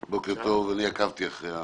בוקר טוב, אני עקבתי אחרי הדיון.